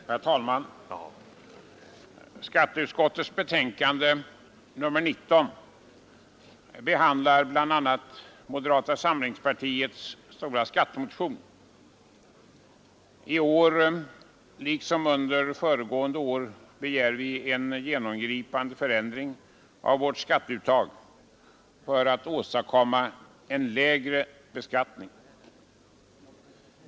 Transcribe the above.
; Herr talman! Skatteutskottets betänkande nr 19 behandlar bl.a. moderata samlingspartiets skattemotion. I år, liksom under föregående år, begär vi en genomgripande förändring av skatteuttaget för att åstadkomma en lägre beskattning.